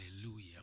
Hallelujah